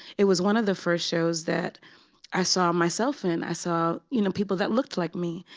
it was one of the first shows that i saw myself in. i saw you know people that looked like me.